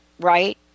right